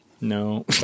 No